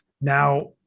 Now